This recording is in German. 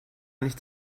nichts